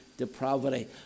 Depravity